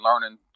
learning